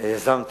יזמתי,